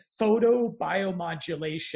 photobiomodulation